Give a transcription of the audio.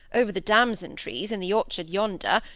over the damson-trees in the orchard yonder,